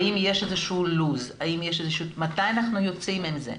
האם יש לו"ז, מתי אנחנו יוצאים עם זה?